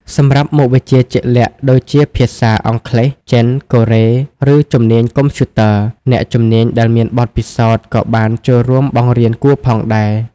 សម្រាប់មុខវិជ្ជាជាក់លាក់ដូចជាភាសា អង់គ្លេស ចិន កូរ៉េ ឬជំនាញកុំព្យូទ័រ អ្នកជំនាញដែលមានបទពិសោធន៍ក៏បានចូលរួមបង្រៀនគួរផងដែរ។